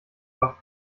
wach